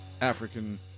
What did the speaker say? African